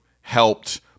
helped